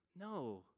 No